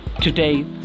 today